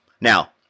Now